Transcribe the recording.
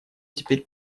теперь